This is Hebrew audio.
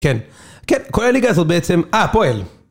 כן, כן, כל הליגה הזאת בעצם. אה, הפועל.